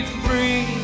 free